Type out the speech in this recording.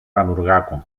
πανουργάκο